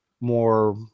more